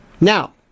Now